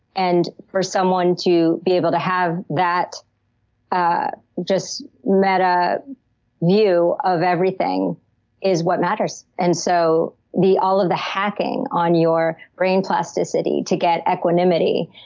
and for someone to be able to have that ah just meta view of everything is what matters and so all of the hacking on your brain plasticity to get equanimity,